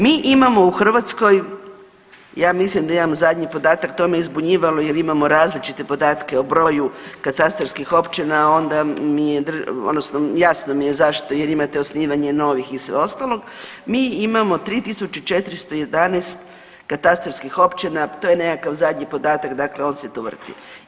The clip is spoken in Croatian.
Mi imamo u Hrvatskoj ja mislim da imam zadnji podatak, to me je zbunjivalo jer imamo različite podatke o broju katastarskih općina onda mi je odnosno jasno mi je zašto, jer imate osnivanje novih i sve ostalog, mi imamo 3.411 katastarskih općina to je nekakav zadnji podatak dakle on se tu vrti.